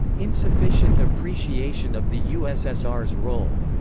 insufficient appreciation of the ussr's role,